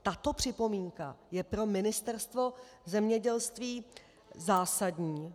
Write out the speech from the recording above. Tato připomínka je pro Ministerstvo zemědělství zásadní.